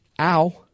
ow